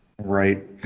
right